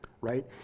right